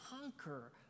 conquer